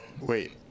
wait